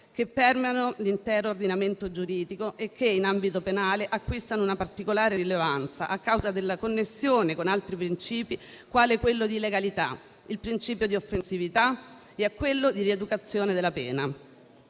che permeano l'intero ordinamento giuridico e che, in ambito penale, acquistano una particolare rilevanza a causa della connessione con altri principi, quale quello di legalità, il principio di offensività e quello di rieducazione della pena.